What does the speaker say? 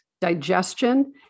Digestion